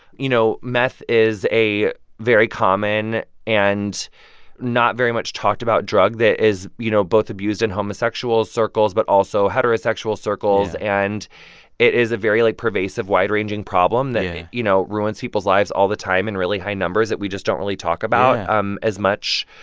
you know, meth is a very common and not very much talked about drug that is, you know, both abused in homosexual circles but also heterosexual circles. and it is a very, like, pervasive, wide-ranging problem that, you know, ruins people's lives all the time in really high numbers that we just don't really talk about um as much.